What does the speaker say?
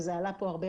וזה עלה כאן הרבה.